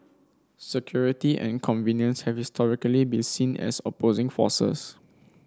security and convenience have historically been seen as opposing forces